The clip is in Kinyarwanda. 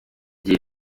gihe